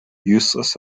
useless